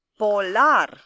Polar